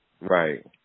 Right